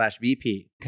VP